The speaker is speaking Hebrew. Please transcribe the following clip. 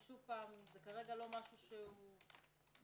כי זה לא ממשי.